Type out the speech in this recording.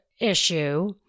issue